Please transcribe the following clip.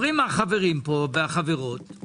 אומרים החברים והחברות כאן,